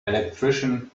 electrician